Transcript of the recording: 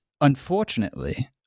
unfortunately